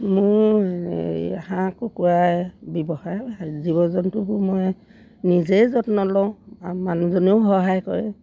মোৰ এই হাঁহ কুকুৰা ব্যৱসায় জীৱ জন্তুবোৰ মই নিজেই যত্ন লওঁ আৰু মানুহজনেও সহায় কৰে